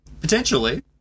Potentially